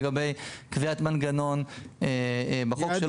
לגבי קביעת המנגנון בחוק.